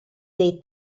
dei